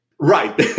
Right